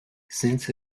since